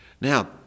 Now